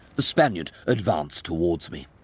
the spaniard advanced towards me.